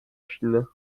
chine